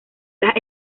las